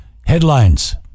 Headlines